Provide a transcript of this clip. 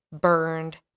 burned